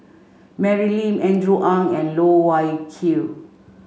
Mary Lim Andrew Ang and Loh Wai Kiew